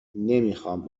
نمیخام